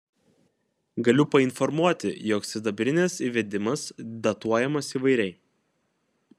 galiu painformuoti jog sidabrinės įvedimas datuojamas įvairiai